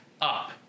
up